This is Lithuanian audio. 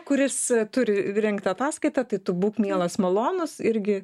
kuris turi rengt ataskaitą tai tu būk mielas malonus irgi